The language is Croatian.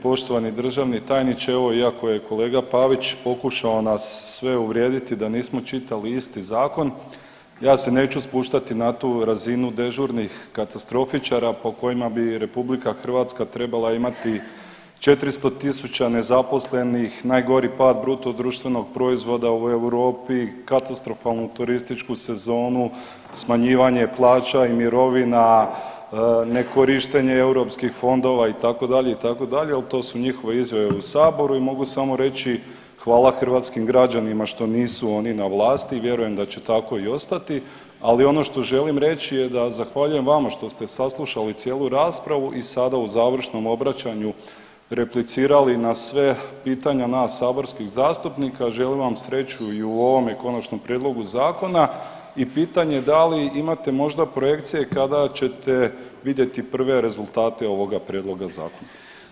Poštovani državni tajniče, evo, iako je kolega Pavić pokušao nas sve uvrijediti da nismo čitali isti zakon, ja se neću spuštati na tu razinu dežurnih katastrofičara po kojima bi RH trebala imati 400 tisuća nezaposlenih, najgori pad BDP-a u Europi, katastrofalnu turističku sezonu, smanjivanje plaća i mirovina, nekorištenje EU fondova, itd., itd., ali to su njihove izjave u Saboru i mogu samo reći, hvala hrvatskim građanima što nisu oni na vlasti i vjerujem da će tako i ostati, ali ono što želim reći je da zahvaljujem vama što ste saslušali cijelu raspravu i sada u završnom obraćanju replicirali na sve pitanja nas saborskih zastupnika, želim vam sreću i u ovome konačnom prijedlogu zakona i pitanje da li imate možda projekcije kada ćete vidjeti prve rezultate ovoga prijedloga Zakona?